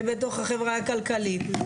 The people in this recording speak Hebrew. ובתוך החברה הכלכלית.